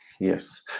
Yes